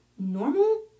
normal